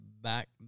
back